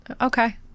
Okay